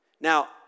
Now